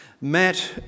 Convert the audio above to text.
Matt